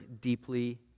deeply